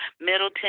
Middleton